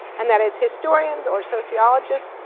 and that is, historians, or sociologists,